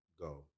Go